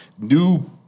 new